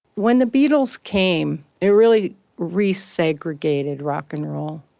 when the beatles came, it really resegregated rock and roll.